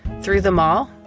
through the mall?